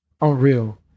unreal